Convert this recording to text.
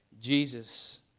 Jesus